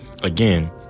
Again